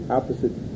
opposite